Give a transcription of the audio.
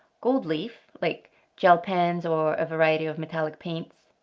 gold leaf like gel pens or a variety of metallic paints,